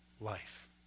life